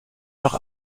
noch